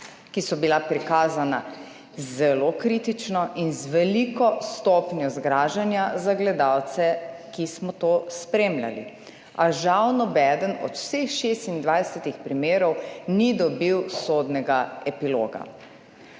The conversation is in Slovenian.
ki so bila prikazana zelo kritično in z veliko stopnjo zgražanja za gledalce, ki smo to spremljali, a žal nobeden od vseh 26 primerov ni dobil sodnega 14.